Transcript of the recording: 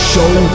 Show